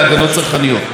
נוכח האמור,